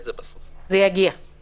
אנחנו יודעים, בסוף יעקב